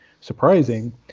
surprising